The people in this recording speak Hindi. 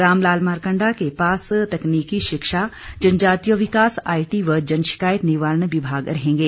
रामलाल मारकंडा के पास तकनीकी शिक्षा जनजातीय विकास आईटी व जन शिकायत निवारण विभाग रहेगें